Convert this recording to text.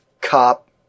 cop